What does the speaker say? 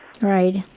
Right